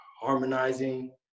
harmonizing